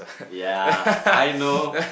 ya I know